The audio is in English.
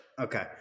Okay